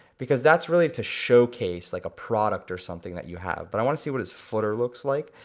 because that's really to showcase like a product or something that you have, but i wanna see what his footer looks like,